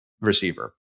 receiver